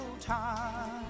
time